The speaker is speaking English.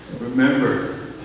remember